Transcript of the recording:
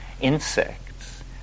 insects